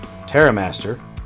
Terramaster